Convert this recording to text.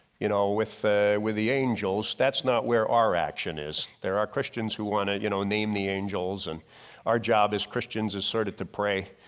you know with the with the angels, that's not where our action is. there are christians who want to ah you know name the angels and our job as christians asserted to pray,